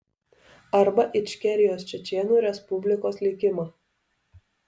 arba ičkerijos čečėnų respublikos likimą